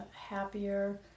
happier